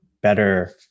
better